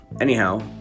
anyhow